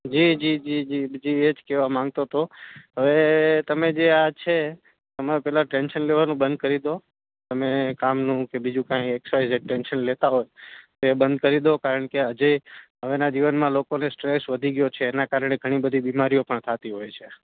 જી જી જી જી જી જી એ જ કહેવા માગતો હતો હવે તમે જે આ છે તમે પહેલાં ટેન્શન લેવાનું બંધ કરી દો તમે કામનું કે બીજું કોઇ એક્સ વાય ઝેડ ટેન્શન લેતા હોય તો એ બંધ કરી દો કારણ કે હજી હવેનાં જીવનમાં લોકોને સ્ટ્રેસ વધી ગયો છે એનાં કારણે ઘણી બધી બીમારીઓ પણ થતી હોય છે